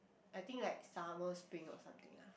I think like summer spring or something ah